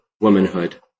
womanhood